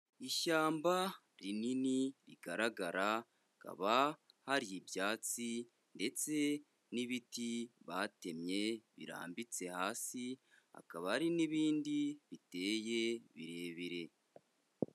Ishyamba rinini, rigaragara, hakaba hari ibyatsi ndetse n'ibiti batemye birambitse hasi, hakaba hari n'ibindi biteye birebire.